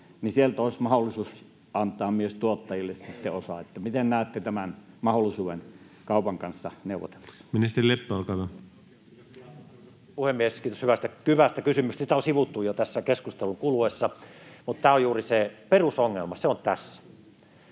sieltä olisi mahdollisuus antaa myös tuottajille sitten osa. Miten näette tämän mahdollisuuden kaupan kanssa neuvoteltaessa? Ministeri Leppä, olkaa hyvä. Puhemies! Kiitos hyvästä kysymyksestä. Sitä on sivuttu jo tässä keskustelun kuluessa, mutta tämä on juuri se perusongelma, se on tässä.